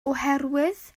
oherwydd